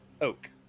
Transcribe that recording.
Oak